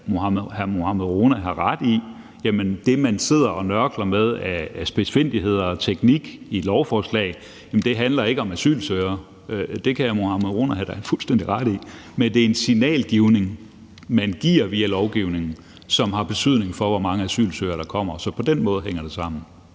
at hr. Mohammad Rona har ret i, at det, man sidder og nørkler med af spidsfindigheder og teknik i et lovforslag, ikke handler om asylansøgere; det kan hr. Mohammad Rona da have fuldstændig ret i. Men det er en signalgivning. Det er et signal, man giver via lovgivningen, som har betydning for, hvor mange asylansøgere der kommer, så på den måde hænger det sammen.